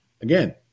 again